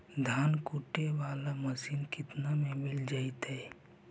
धान कुटे बाला मशीन केतना में मिल जइतै?